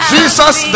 Jesus